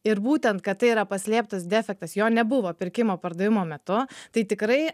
ir būtent kad tai yra paslėptas defektas jo nebuvo pirkimo pardavimo metu tai tikrai